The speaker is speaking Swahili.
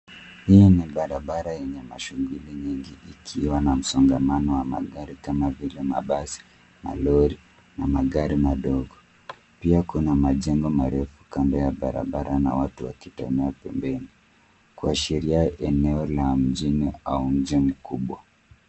Hii ni barabara yenye mashughuli nyingi ikiwa na msongamano wa magari kama vile: mabasi, malori na magari madogo. Pia kuna majengo marefu kando ya barabara na watu wakitembea pembeni, kuashiria eneo la mjini au mji mkubwa.